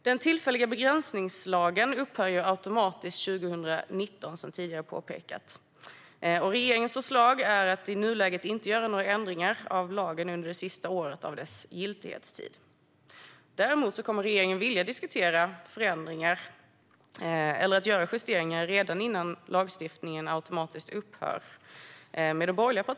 Den tillfälliga begränsningslagen upphör automatiskt 2019, som tidigare har påpekats. Regeringens förslag är att i nuläget inte göra några ändringar av lagen under det sista året av dess giltighetstid. Däremot kommer regeringen att vilja diskutera med de borgerliga partierna när det gäller att göra justeringar redan innan lagstiftningen automatiskt upphör.